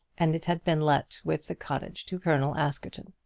and it had been let with the cottage to colonel askerton.